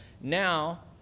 Now